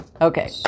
Okay